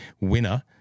winner